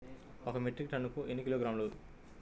ఒక మెట్రిక్ టన్నుకు ఎన్ని కిలోగ్రాములు?